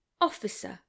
officer